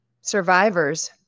survivors